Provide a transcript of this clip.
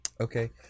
Okay